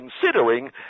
considering